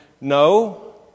No